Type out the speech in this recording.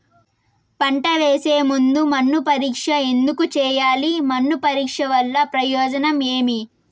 పంట వేసే ముందు మన్ను పరీక్ష ఎందుకు చేయాలి? మన్ను పరీక్ష వల్ల ప్రయోజనం ఏమి?